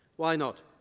why not?